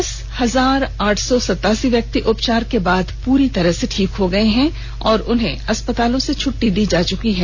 दस हजार आठ सौ सतासी व्यक्ति उपचार के बाद पूरी तरह ठीक हो गए हैं और उन्हें अस्पतालों से छट्टी दी जा चुकी है